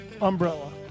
umbrella